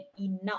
enough